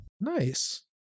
Nice